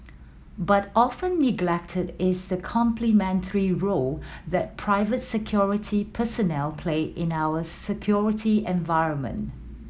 but often neglected is the complementary role that private security personnel play in our security environment